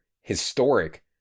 historic